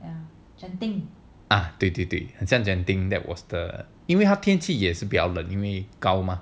啊对对对很像 genting that was the 因为他天气比较冷因为它高吗